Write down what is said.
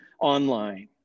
online